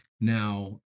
Now